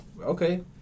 okay